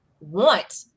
want